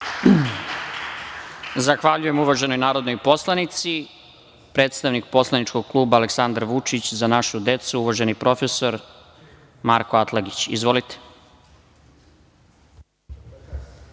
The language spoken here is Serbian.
Zahvaljujem uvaženoj narodnoj poslanici. Predstavnik poslaničkog kluba Aleksandar Vučić – Za našu decu, uvaženi prof. Marko Atlagić. Izvolite.